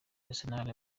arsenal